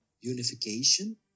unification